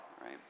right